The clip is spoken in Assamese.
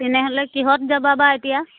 তেনেহ'লে কিহত যাবা বা এতিয়া